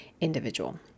individual